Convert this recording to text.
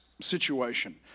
situation